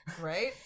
Right